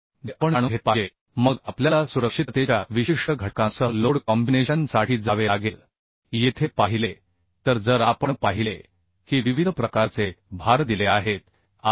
जे आपण जाणून घेतले पाहिजे मग आपल्याला सुरक्षिततेच्या विशिष्ट घटकांसह लोड कॉम्बिनेशन साठी जावे लागेल येथे पाहिले तर जर आपण पाहिले की विविध प्रकारचे भार दिले आहेत आय